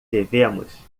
devemos